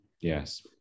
Yes